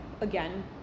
again